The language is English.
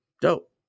dope